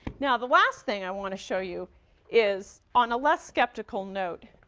now, the last thing i want to show you is on a less skeptical note.